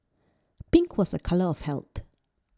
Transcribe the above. pink was a colour of health